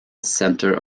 centre